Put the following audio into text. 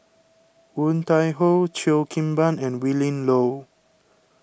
Woon Tai Ho Cheo Kim Ban and Willin Low